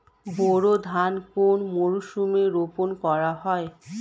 বোরো ধান কোন মরশুমে রোপণ করা হয়?